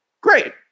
great